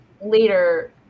later